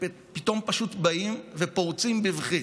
שפתאום פשוט באים ופורצים בבכי,